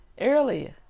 earlier